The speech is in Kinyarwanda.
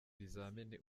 bizamini